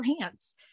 hands